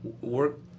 work